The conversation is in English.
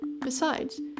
Besides